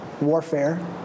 warfare